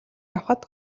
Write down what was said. явахад